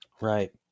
Right